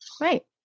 Right